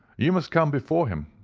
you must come before him.